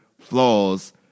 flaws